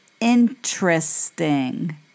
interesting